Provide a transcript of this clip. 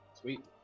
Sweet